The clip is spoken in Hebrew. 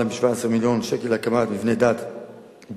מ-17 מיליון שקל להקמת מבני דת בעיר,